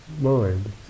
mind